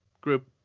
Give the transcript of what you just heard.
group